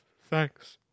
Thanks